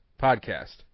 podcast